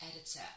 editor